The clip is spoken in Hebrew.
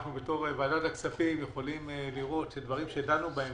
אנחנו בתור ועדת הכספים יכולים לראות שדברים שדנו בהם